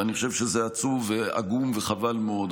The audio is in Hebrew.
ואני חושב שזה עצוב ועגום וחבל מאוד.